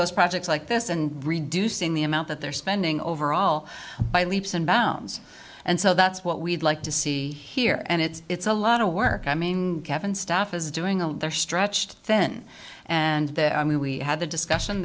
those projects like this and reducing the amount that they're spending overall by leaps and bounds and so that's what we'd like to see here and it's a lot of work i mean kevin stuff is doing and they're stretched thin and i mean we had the discussion